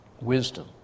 wisdom